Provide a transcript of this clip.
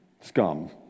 scum